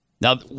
Now